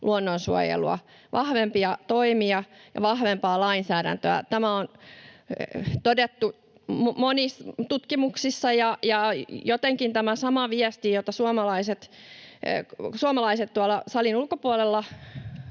luonnonsuojelua, vahvempia toimia ja vahvempaa lainsäädäntöä. Tämä on todettu tutkimuksissa, ja jotenkin tämä sama viesti, jota suomalaiset tuolla salin ulkopuolella